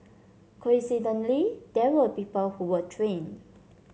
coincidentally there were people who were trained